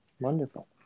Wonderful